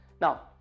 Now